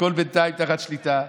הכול בינתיים תחת שליטה.